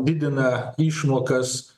didina išmokas